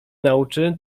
nauczy